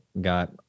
got